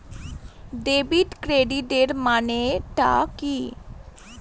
Debit ক্রেডিটের মানে টা কি?